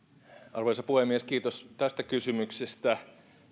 arvoisa puhemies kiitos tästä kysymyksestä